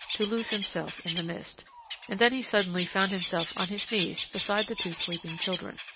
to lose himself in the mist and then he suddenly found himself on his knees beside the two sleeping children.